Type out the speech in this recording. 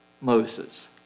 Moses